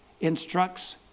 instructs